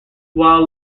while